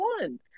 one